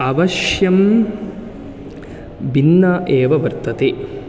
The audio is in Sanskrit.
अवश्यं भिन्न एव वर्तते